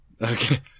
Okay